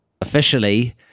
officially